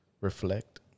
reflect